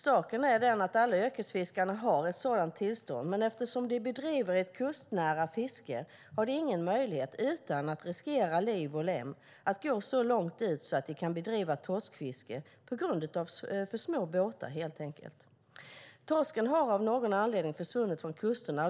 Saken är den att alla yrkesfiskarna har ett sådant tillstånd, men eftersom de bedriver ett kustnära fiske har de på grund av för små båtar ingen möjlighet, utan att riskera liv och lem, att gå så långt ut så att de kan bedriva torskfiske. Torsken har av någon anledning försvunnit från kusterna.